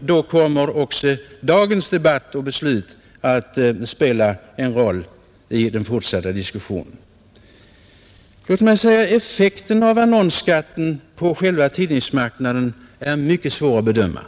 Då kommer också dagens debatt och beslut att spela en roll i den fortsatta diskussionen. Låt mig säga att annonsskattens effekt på tidningsmarknaden är mycket svår att bedöma.